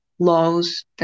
Laws